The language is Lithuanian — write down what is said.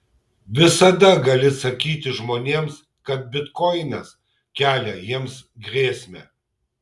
visada gali sakyti žmonėms kad bitkoinas kelia jiems grėsmę